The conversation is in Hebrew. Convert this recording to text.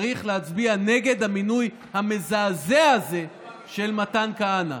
צריך להצביע נגד המינוי המזעזע הזה של מתן כהנא,